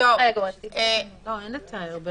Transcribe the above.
אין לתאר.